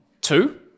two